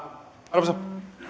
arvoisa